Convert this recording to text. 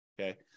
Okay